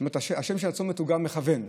השם של הצומת הוא גם מכוֵון,